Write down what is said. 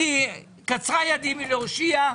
קצרה ידי מלהושיע.